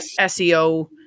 SEO